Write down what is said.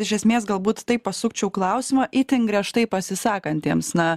iš esmės galbūt taip pasukčiau klausimą itin griežtai pasisakantiems na